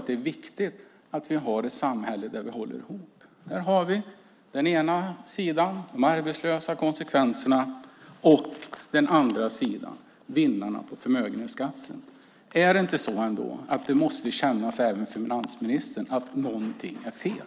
Det är viktigt att vi har ett samhälle där vi håller ihop. Här har vi den ena sidan, de arbetslösa, och den andra sidan, vinnarna på förmögenhetsskatten. Är det inte så ändå att även finansministern känner att någonting är fel?